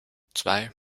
zwei